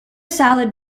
salad